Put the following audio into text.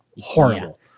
horrible